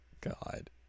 God